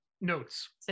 notes